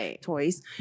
toys